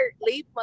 leave